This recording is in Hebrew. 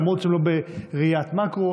למרות שהם לא בראיית מקרו,